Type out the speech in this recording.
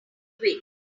awake